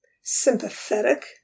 sympathetic